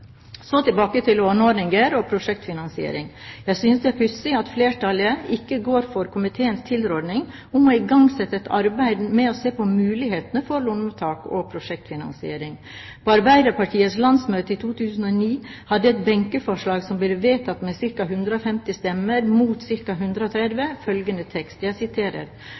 Så tilbake til låneordninger og prosjektfinansiering. Jeg synes det er pussig at flertallet ikke går for komiteens tilråding om å igangsette et arbeid med å se på mulighetene for låneopptak og prosjektfinansiering. På Arbeiderpartiets landsmøte i 2009 hadde et benkeforslag som ble vedtatt med 150 stemmer mot ca. 130 stemmer, følgende tekst: